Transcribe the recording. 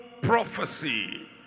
prophecy